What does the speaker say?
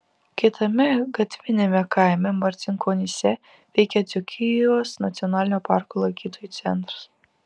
kitame gatviniame kaime marcinkonyse veikia dzūkijos nacionalinio parko lankytojų centras